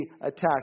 attacked